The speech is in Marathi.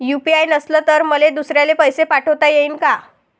यू.पी.आय नसल तर मले दुसऱ्याले पैसे पाठोता येईन का?